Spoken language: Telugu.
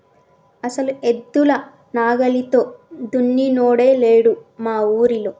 అసలు ఎద్దుల నాగలితో దున్నినోడే లేడు మా ఊరిలో